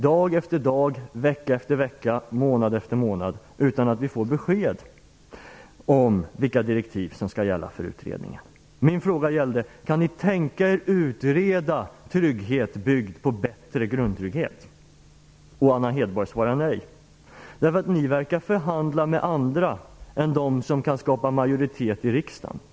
Dag efter dag, vecka efter vecka och månad efter månad går nu utan att vi får besked om vilka direktiv som skall gälla för utredningen. Min fråga gällde om ni kan tänka er att utreda en trygghet byggd på bättre grundtrygghet, och Anna Hedborg svarar nej. Ni verkar förhandla med andra än med dem som kan skapa majoritet i riksdagen.